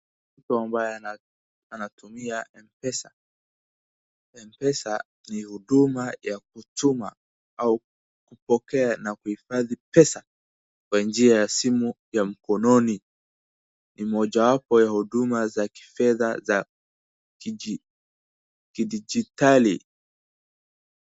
Mtu ambaye anatumia mpesa, mpesa ni huduma ya kutuma au kupokea na kuhifadhi pesa kwa njia ya simu ya mkononi. Ni mojawapo ya huduma za fedha ya kidijitali.